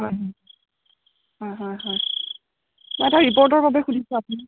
হয় হয় হয় এটা ৰিপৰ্টৰ বাবে সুধিছোঁ আপোনাক